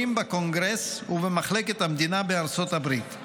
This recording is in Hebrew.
בקונגרס ובמחלקת המדינה בארצות הברית,